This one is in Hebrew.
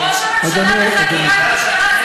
ראש הממשלה בחקירת משטרה.